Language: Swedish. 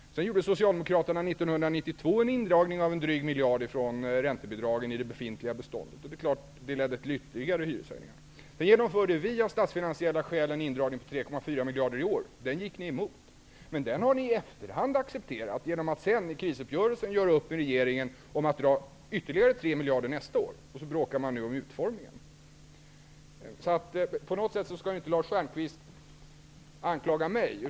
Sedan gjorde Socialdemokra terna 1992 en indragning av en dryg miljard från räntebidragen till det befintliga beståndet. Det är klart att det ledde till ytterligare hyreshöjningar. Därefter genomförde vi av statsfinansiella skäl en indragning på 3,4 miljarder i år. Den gick ni emot. Men den har ni i efterhand accepterat genom att sedan i krisuppgörelsen göra upp med regeringen om att dra in ytterligare 3 miljarder nästa år. Nu bråkar man om utformningen. Lars Stjernkvist skall inte på något sätt anklaga mig.